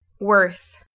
Worth